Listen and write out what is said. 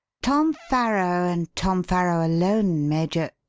tom farrow and tom farrow alone, major,